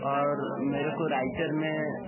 और मेरे को राइटर में